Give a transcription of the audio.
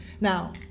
Now